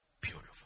beautiful